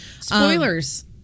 Spoilers